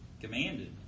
commanded